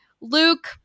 luke